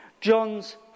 John's